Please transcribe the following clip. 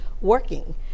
working